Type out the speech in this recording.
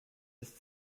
ist